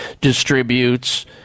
distributes